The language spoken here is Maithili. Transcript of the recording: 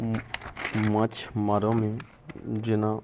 माछ मारऽमे जेना